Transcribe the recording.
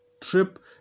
trip